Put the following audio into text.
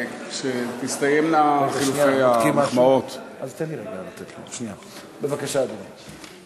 כשיסתיימו חילופי המחמאות, בבקשה, אדוני.